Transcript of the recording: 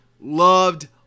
loved